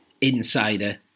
insider